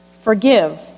forgive